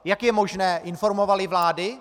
Jak je možné informovaly vlády?